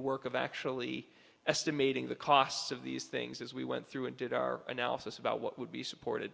the work of actually estimating the costs of these things as we went through and did our analysis about what would be supported